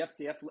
FCF